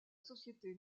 société